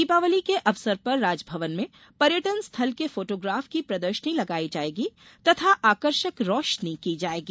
दीपावली के अवसर पर राजभवन में पर्यटन स्थल के फोटोग्राफ की प्रदर्शनी लगाई जायेगी तथा आकर्षक रोशनी की जायेगी